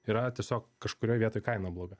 yra tiesiog kažkurioj vietoj kaina bloga